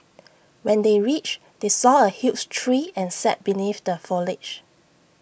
when they reached they saw A huge tree and sat beneath the foliage